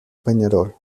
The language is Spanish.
peñarol